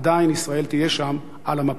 עדיין ישראל תהיה שם על המפה.